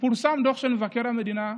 פורסם דוח של מבקר המדינה,